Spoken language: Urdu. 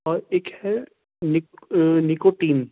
اور ایک ہے نکوٹین